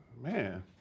man